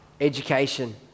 education